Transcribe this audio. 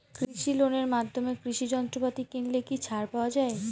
কৃষি লোনের মাধ্যমে কৃষি যন্ত্রপাতি কিনলে কি ছাড় পাওয়া যায়?